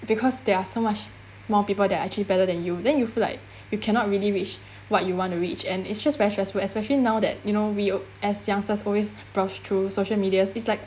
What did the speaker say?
because there are so much more people that are actually better than you then you feel like you cannot really reach what you want to reach and it's just very stressful especially now that you know we as youngsters always browse through social media it's like